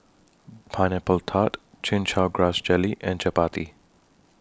Pineapple Tart Chin Chow Grass Jelly and Chappati